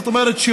זאת אומרת,